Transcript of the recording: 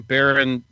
Baron